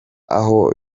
aho